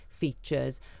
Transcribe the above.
features